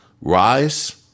rise